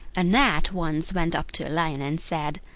a gnat once went up to a lion and said,